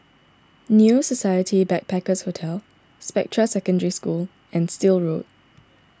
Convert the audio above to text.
New Society Backpackers' Hotel Spectra Secondary School and Still Road